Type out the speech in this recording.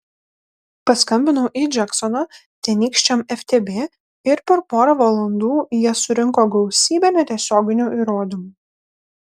paskambinau į džeksoną tenykščiam ftb ir per porą valandų jie surinko gausybę netiesioginių įrodymų